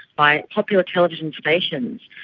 by popular television stations,